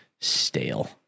stale